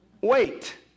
Wait